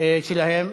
שלהם.